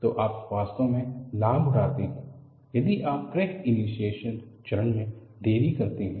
तो आप वास्तव में लाभ उठाते हैं यदि आप क्रैक इनीसीएसन चरण में देरी करते हैं